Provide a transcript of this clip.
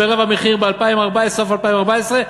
ברבע מחיר בסוף 2014,